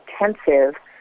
intensive